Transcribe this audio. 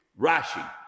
Rashi